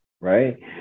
right